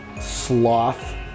sloth